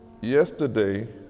Yesterday